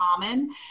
common